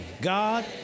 God